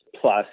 plus